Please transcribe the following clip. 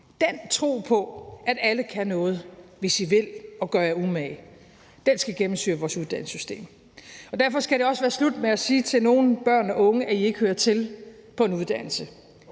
Den tro på, at alle kan noget, hvis de vil og gør sig umage, skal gennemsyre vores uddannelsessystem. Og derfor skal det også være slut med at sige til nogle børn og unge, at I ikke hører til på en uddannelse.